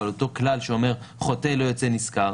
אבל בתוך אותו כלל שאומר שחוטא לא יוצא נשכר.